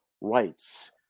rights